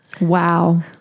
Wow